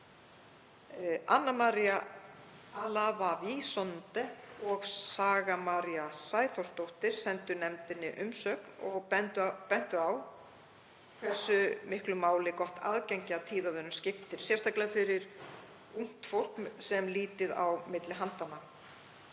Anna María Allawawi Sonde og Saga María Sæþórsdóttir sendu nefndinni umsögn og bentu á hversu miklu máli gott aðgengi að tíðavörum skiptir, sérstaklega fyrir ungt fólk sem lítið hefur á milli handanna.